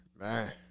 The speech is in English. Man